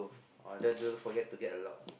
although don't forget to get a lock